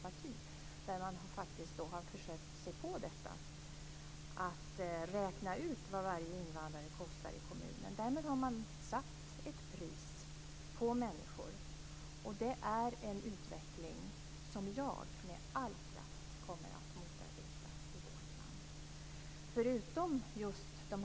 Där har man faktiskt försökt sig på detta - att räkna ut vad varje invandrare i kommunen kostar. Därmed har man satt ett pris på människor. Det är en utveckling som jag med all kraft kommer att motarbeta i vårt land.